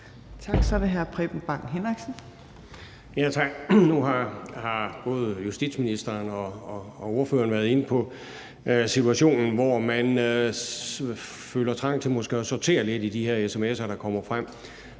Henriksen. Kl. 14:07 Preben Bang Henriksen (V): Tak. Nu har både justitsministeren og ordføreren været inde på situationen, hvor man føler trang til måske at sortere lidt i de her sms'er, der kommer frem.